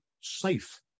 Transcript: safe